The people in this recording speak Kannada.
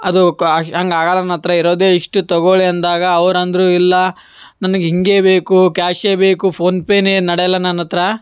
ಅದು ಕ್ವಾಶ್ ಹಂಗೆ ಆಗಲ್ಲ ನನ್ನ ಹತ್ರ ಇರೋದೆ ಇಷ್ಟು ತಗೊಳ್ಳಿ ಅಂದಾಗ ಅವ್ರು ಅಂದ್ರೂ ಇಲ್ಲ ನನಗೆ ಹೀಗೆ ಬೇಕು ಕ್ಯಾಶೆ ಬೇಕು ಫೋನ್ ಪೇನೇ ನಡೆಯಲ್ಲ ನನ್ನ ಹತ್ರ